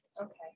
Okay